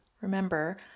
Remember